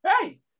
hey